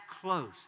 close